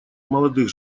молодых